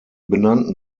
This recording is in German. benannten